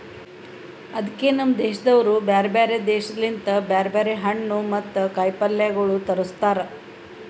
ಅದುಕೆ ನಮ್ ದೇಶದವರು ಬ್ಯಾರೆ ಬ್ಯಾರೆ ದೇಶ ಲಿಂತ್ ಬ್ಯಾರೆ ಬ್ಯಾರೆ ಹಣ್ಣು ಮತ್ತ ಕಾಯಿ ಪಲ್ಯಗೊಳ್ ತರುಸ್ತಾರ್